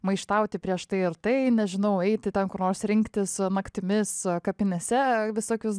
maištauti prieš tai ir tai nežinau eiti ten kur nors rinktis naktimis kapinėse visokius